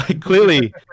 clearly